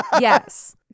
yes